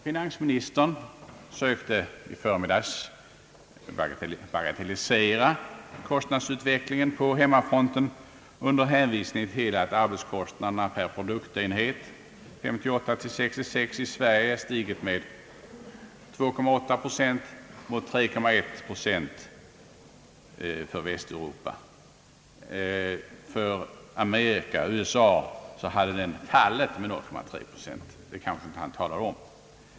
Finansministern sökte i förmiddags bagatellisera kostnadsutvecklingen på hemmafronten under hänvisning till att arbetskostnaderna per produktenhet åren 1958—1966 i Sverige stigit med 2,8 procent mot 3,1 procent i Västeuropa. För Amerika — USA — hade den fallit med 0,3 procent — det kanske han inte talade om.